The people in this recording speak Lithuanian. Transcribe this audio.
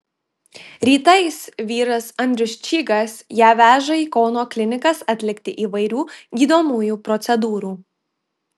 rytais vyras andrius čygas ją veža į kauno klinikas atlikti įvairių gydomųjų procedūrų